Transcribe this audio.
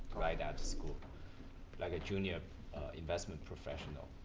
right out of school like a junior investment professional.